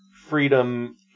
freedom